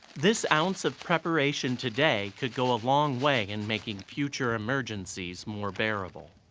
this ounce of preparation today could go a long way in making future emergencies more bearable.